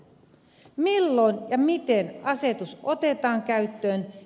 milloin ja miten asetus otetaan käyttöön